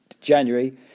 January